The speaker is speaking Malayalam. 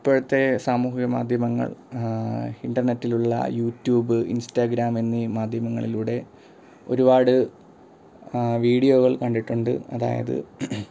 ഇപ്പോഴത്തേ സാമൂഹ്യമാധ്യമങ്ങൾ ഇൻറ്റർനെറ്റിലുള്ള യൂട്യൂബ് ഇൻസ്റ്റാഗ്രാം എന്നീ മാധ്യമങ്ങളിലൂടെ ഒരുപാട് വീഡിയോകൾ കണ്ടിട്ടുണ്ട് അതായത്